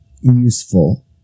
useful